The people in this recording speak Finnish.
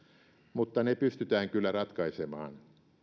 mutta ne pystytään kyllä ratkaisemaan